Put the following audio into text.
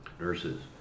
nurses